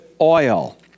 oil